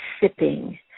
sipping